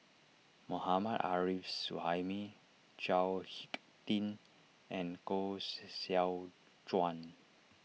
Mohammad Arif Suhaimi Chao Hick Tin and Koh Seow Chuan